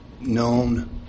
known